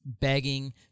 begging